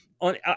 on